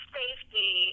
safety